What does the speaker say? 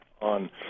on